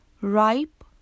ripe